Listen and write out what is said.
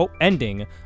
ending